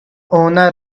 owner